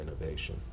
innovation